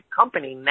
company